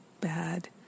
bad